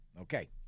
okay